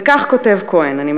וכך כותב כהן: